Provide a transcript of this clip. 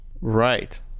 Right